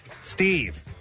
Steve